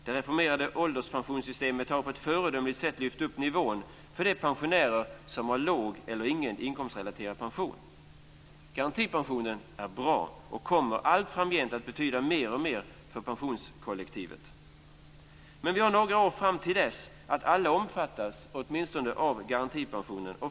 Det reformerade ålderspensionssystemet har på ett föredömligt sätt höjt nivån för de pensionärer som har låg eller ingen inkomstrelaterad pension. Garantipensionen är bra och kommer allt framgent att betyda mer och mer för pensionärskollektivet. Men vi har några år fram till dess att alla omfattas av minst garantipension.